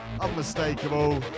unmistakable